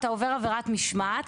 אתה עובר עבירה משמעת,